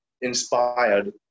inspired